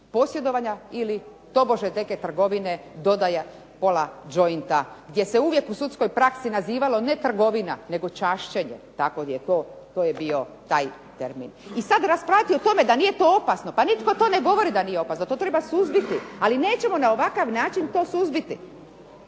posjedovanja ili tobože neke trgovine, dodaja pola jointa gdje se uvijek u sudskoj praksi nazivalo ne trgovina nego čašćenje. Tako je to bio taj termin. I sad raspravljati o tome da nije to opasno, pa nitko to ne govori da nije to opasno, pa nitko to ne govori da nije